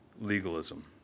legalism